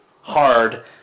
hard